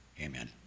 amen